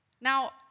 Now